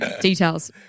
Details